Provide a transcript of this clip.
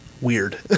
Weird